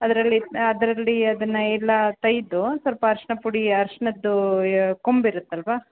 ಅದರಲ್ಲಿ ಅದರಲ್ಲಿ ಅದನ್ನ ಎಲ್ಲಾ ತೆಯ್ದು ಸ್ವಲ್ಪ ಅರಿಶಿಣ ಪುಡಿ ಅರಿಶಿಣದ್ದು ಕೊಂಬು ಇರುತ್ತೆ ಅಲ್ಲವಾ